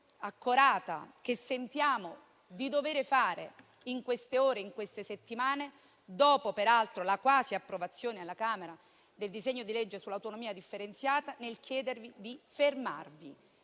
accorata, che sentiamo di dover sottolineare in queste ore e settimane, dopo peraltro la quasi approvazione alla Camera del disegno di legge sull'autonomia differenziata, che ci spinge a chiedervi di fermarvi: